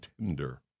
tender